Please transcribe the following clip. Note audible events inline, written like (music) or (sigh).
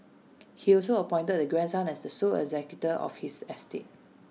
(noise) he also appointed the grandson as the sole executor of his estate